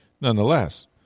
nonetheless